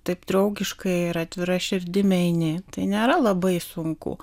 taip draugiškai ir atvira širdimi eini tai nėra labai sunku